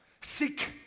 sick